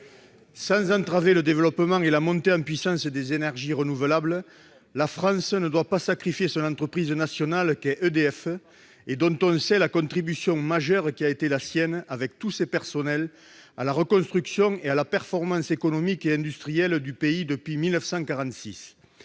autant entraver le développement et la montée en puissance des énergies renouvelables, la France ne doit pas sacrifier son entreprise nationale, EDF, dont on sait la contribution majeure, avec tous ses personnels, à la reconstruction du pays et à sa performance économique et industrielle depuis 1946.